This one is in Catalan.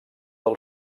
del